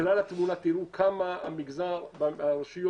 לא, רשות ההריסה